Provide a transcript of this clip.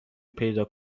پیدا